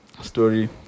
story